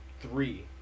three